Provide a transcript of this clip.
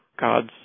God's